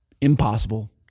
impossible